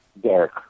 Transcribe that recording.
Derek